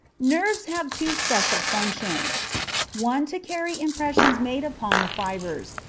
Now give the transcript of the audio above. nerves have two special functions one to carry impressions made upon the fibres,